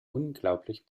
unglaublich